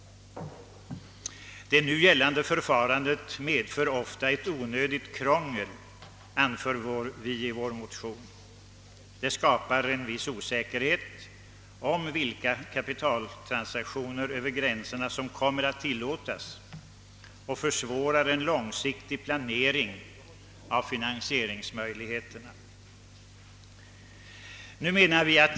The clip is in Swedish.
Det nu gällande förfarandet medför ofta onödigt krångel, anför vi i vår motion. Det skapar en viss osäkerhet beträffande vilka kapitaltransaktioner över gränserna som kommer att tillåtas och försvårar en långsiktig planering av finansieringsmöjligheterna.